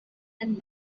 and